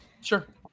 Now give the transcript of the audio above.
Sure